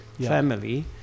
family